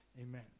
Amen